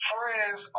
Friends